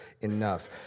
enough